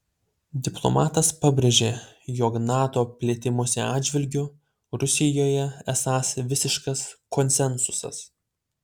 diplomatas pabrėžė jog nato plėtimosi atžvilgiu rusijoje esąs visiškas konsensusas